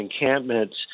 encampments